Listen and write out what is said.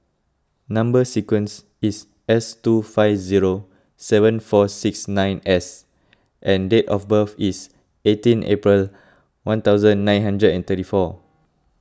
Number Sequence is S two five zero seven four six nine S and date of birth is eighteen April one thousand and nine hundred and thirty four